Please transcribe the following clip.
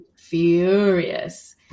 furious